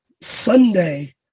Sunday